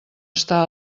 està